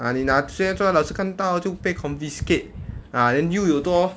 ah 你拿出来老师看到就被 confiscate ah then 又有多